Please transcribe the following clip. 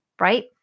right